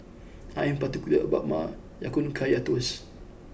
I am particular about my Ya Kun Kaya Toast